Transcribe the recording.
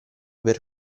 per